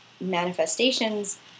manifestations